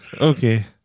Okay